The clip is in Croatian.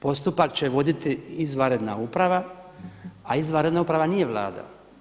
Postupak će voditi izvanredna uprava, a izvanredna uprava nije Vlada.